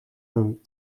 hun